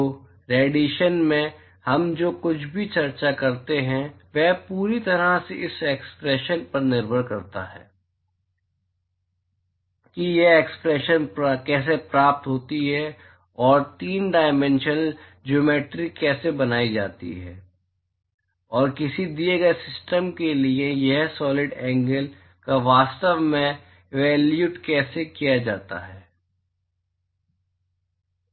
तो रेडिएशन में हम जो कुछ भी चर्चा करते हैं वह पूरी तरह से इस एक्सप्रेशन पर निर्भर करता है कि यह एक्सप्रेशन कैसे प्राप्त होती है और 3 डायमेंशनल ज्योमेट्रि कैसे बनाई जाती है और किसी दिए गए सिस्टम के लिए इस सॉलिड एंगल का वास्तव में एवेलयुएट कैसे किया जाता है